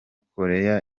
koreya